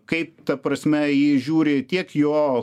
kaip ta prasme į jį žiūri tiek jo